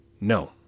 No